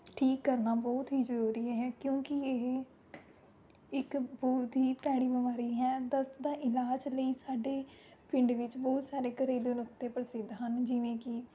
ਠੀਕ ਕਰਨਾ ਬਹੁਤ ਹੀ ਜ਼ਰੂਰੀ ਹੈ ਕਿਉਂਕਿ ਇਹ ਇੱਕ ਬਹੁਤ ਹੀ ਭੈੜੀ ਬਿਮਾਰੀ ਹੈ ਦਸਤ ਦਾ ਇਲਾਜ ਲਈ ਸਾਡੇ ਪਿੰਡ ਵਿੱਚ ਬਹੁਤ ਸਾਰੇ ਘਰੇਲੂ ਨੁਕਤੇ ਪ੍ਰਸਿੱਧ ਹਨ ਜਿਵੇਂ ਕਿ